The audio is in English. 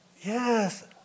Yes